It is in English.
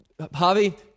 Javi